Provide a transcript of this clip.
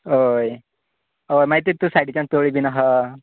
हय हय मागी ती सायडीच्यान तळी बी आसा